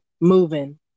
moving